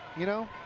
you know,